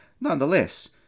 Nonetheless